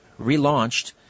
relaunched